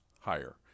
higher